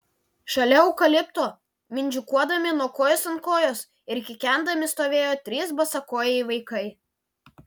šalia eukalipto mindžikuodami nuo kojos ant kojos ir kikendami stovėjo trys basakojai vaikai